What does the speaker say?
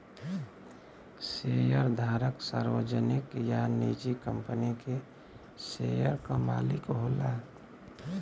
शेयरधारक सार्वजनिक या निजी कंपनी के शेयर क मालिक होला